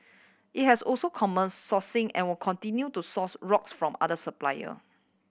it has also commenced sourcing and will continue to source rocks from other supplier